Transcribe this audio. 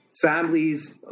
families